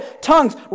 tongues